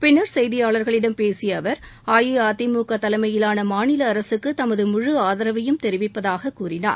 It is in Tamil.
பின்னர் செய்தியாளர்களிடம் பேசிய அவர் அஇஅதிமுக தலைமையிலான மாநில அரசுக்கு தமது முழு ஆதரவையும் தெரிவிப்பதாகக் கூறினார்